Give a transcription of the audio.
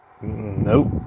Nope